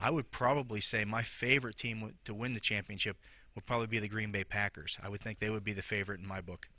i would probably say my favorite team to win the championship would probably be the green bay packers i would think they would be the favorite in my book